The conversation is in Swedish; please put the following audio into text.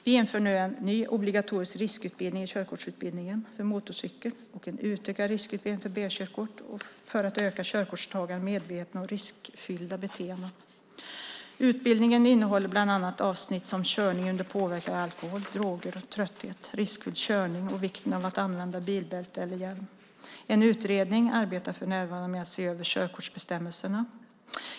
Vi inför nu en ny obligatorisk riskutbildning i körkortsutbildningen för motorcykel och en utökad riskutbildning för B-körkort för att öka körkortstagarnas medvetenhet om riskfyllda beteenden. Utbildningen innehåller bland annat avsnitt om körning under påverkan av alkohol, droger och trötthet, riskfylld körning och vikten av att använda bilbälte eller hjälm. En utredning arbetar för närvarande med att se över körkortsbestämmelserna.